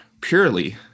purely